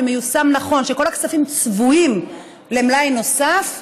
שהוא מיושם נכון: שכל הכספים צבועים למלאי נוסף,